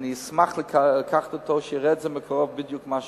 אני אשמח לקחת אותו, שיראה מקרוב בדיוק מה שקרה.